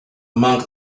monk